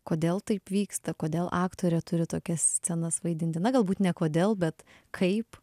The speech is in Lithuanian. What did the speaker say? kodėl taip vyksta kodėl aktorė turi tokias scenas vaidinti na galbūt ne kodėl bet kaip